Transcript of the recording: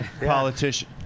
politician